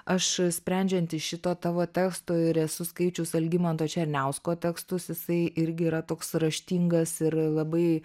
aš sprendžiant iš šito tavo teksto ir esu skaičius algimanto černiausko tekstus jisai irgi yra toks raštingas ir labai